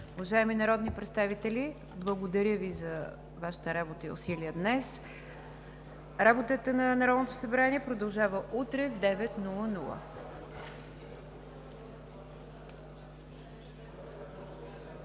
Уважаеми народни представители, благодаря Ви за Вашата работа и усилия днес! Работата на Народното събрание продължава утре в 9,00